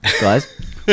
guys